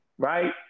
right